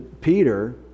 Peter